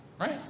Right